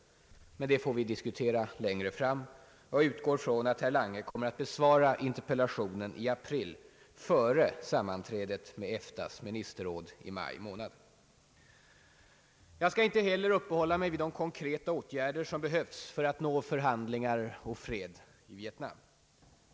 Det får vi dock diskutera längre fram, och jag utgår från att herr Lange kommer att besvara interpellationen i april före sammanträdet med EFTA:s ministerråd i maj månad. Jag skall inte heller uppehålla mig vid de konkreta åtgärder som behövs för att nå förhandlingar och fred i Vietnam.